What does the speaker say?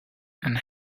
and